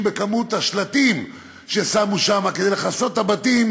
בכמות השלטים ששמו שם כדי לכסות את הבתים,